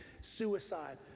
suicide